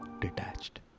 detached